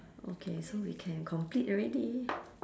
okay so we can complete already